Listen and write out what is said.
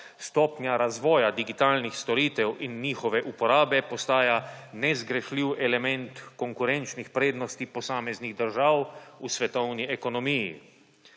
Stopnja razvoja digitalnih storitev in njihove uporabe postaja nezgrešljiv element konkurenčnih prednosti posameznih držav v svetovni ekonomiji.